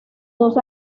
dos